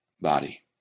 body